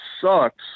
sucks